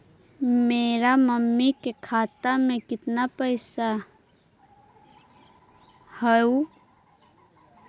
मेरा मामी के खाता में कितना पैसा हेउ?